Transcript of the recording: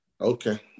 Okay